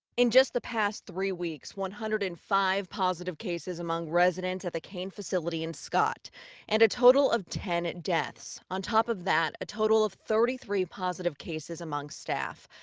in just the past three weeks one hundred and five positive cases among residents at the kane facility in scott and a total of ten deaths. on top of that a total of thirty three positive cases among staff.